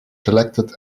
selected